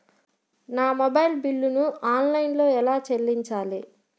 నా మొబైల్ బిల్లును ఆన్లైన్లో ఎలా చెల్లించాలి?